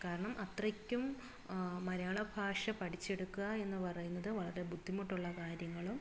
കാരണം അത്രയ്ക്കും മലയാള ഭാഷ പഠിച്ചെടുക്കുക എന്നുപറയുന്നത് വളരെ ബുദ്ധിമുട്ടുള്ള കാര്യങ്ങളും